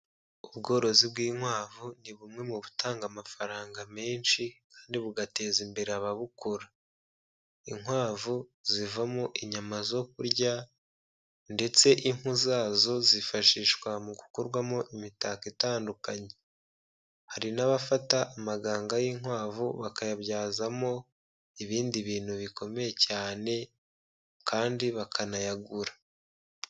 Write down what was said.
Ubworozi bw'inkwavu ni bumwe mu butanga amafaranga menshi kandi bugateza imbere ababukora. Inkwavu zivamo inyama zo kurya ndetse impu zazo zifashishwa mu gukorwamo imitako itandukanye. Hari n'abafata amaganga y'inkwavu bakayabyazamo ibindi bintu bikomeye cyane kandi bakanayagura.